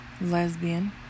lesbian